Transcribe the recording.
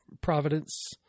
Providence